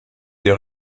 des